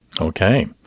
Okay